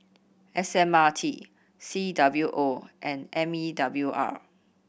S M R T C W O and M E W R